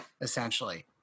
essentially